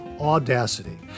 Audacity